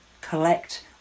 collect